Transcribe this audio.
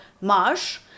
Marsh